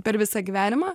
per visą gyvenimą